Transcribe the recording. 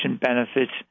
benefits